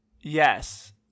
Yes